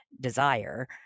desire